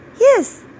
Yes